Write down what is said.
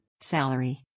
Salary